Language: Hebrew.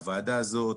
הוועדה הזאת,